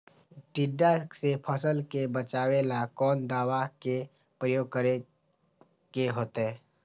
टिड्डा से फसल के बचावेला कौन दावा के प्रयोग करके होतै?